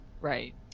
Right